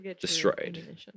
destroyed